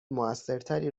موثرتری